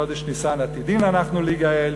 ובחודש ניסן עתידין אנחנו להיגאל,